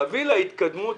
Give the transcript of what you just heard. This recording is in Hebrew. להביא להתקדמות